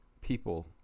people